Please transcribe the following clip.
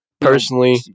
personally